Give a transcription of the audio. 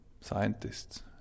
scientists